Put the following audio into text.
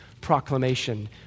proclamation